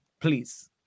please